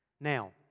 Now